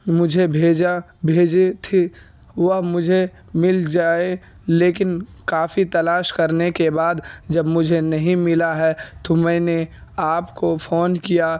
مجھے بھیجا بھیجیے تھی وہ مجھے مل جائے لیکن کافی تلاش کرنے کے بعد جب مجھے نہیں ملا ہے تو میں نے آپ کو فون کیا